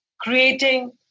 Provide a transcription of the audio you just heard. creating